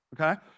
okay